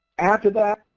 after that,